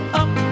up